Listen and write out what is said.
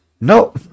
no